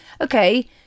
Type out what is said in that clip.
okay